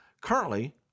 Currently